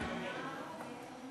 לא צריך, נו.